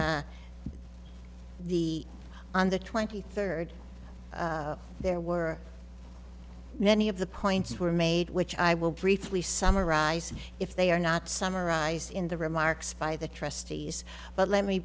the on the twenty third there were many of the points were made which i will briefly summarize if they are not summarized in the remarks by the trustees but let me